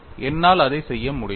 என்னால் அதைச் செய்ய முடியாது